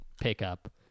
pickup